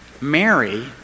Mary